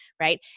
right